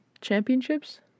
championships